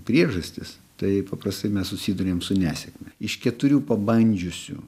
priežastis tai paprastai mes susiduriam su nesėkme iš keturių pabandžiusių